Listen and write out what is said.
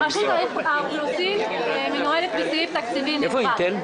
רשות האוכלוסין מנוהלת בסעיף תקציבי נפרד.